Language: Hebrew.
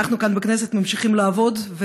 אנחנו כאן בכנסת ממשיכים לעבוד,